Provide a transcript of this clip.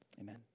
amen